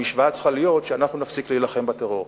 המשוואה צריכה להיות שאנחנו נפסיק להילחם בטרור.